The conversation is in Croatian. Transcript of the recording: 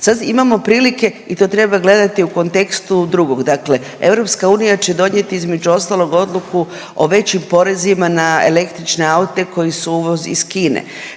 Sad imamo prilike i to treba gledati u kontekstu drugog, dakle EU će donijeti između ostalog odluku o većim porezima na električne aute koji su uvoz iz Kine.